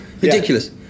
Ridiculous